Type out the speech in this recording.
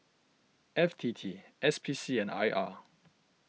F T T S P C and I R